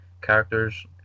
characters